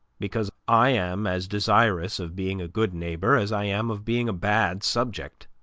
because i am as desirous of being a good neighbor as i am of being a bad subject